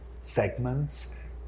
segments